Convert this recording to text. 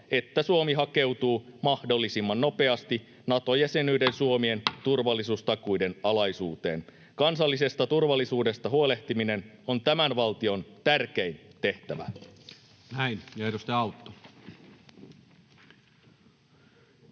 että Suomi hakeutuu mahdollisimman nopeasti Nato-jäsenyyden suomien turvallisuustakuiden alaisuuteen. Kansallisesta turvallisuudesta huolehtiminen on tämän valtion tärkein tehtävä. [Speech 170]